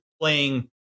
playing